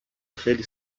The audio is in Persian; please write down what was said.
خیلی